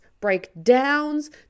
breakdowns